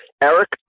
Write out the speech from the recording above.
Eric